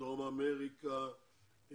דרום אמריקה,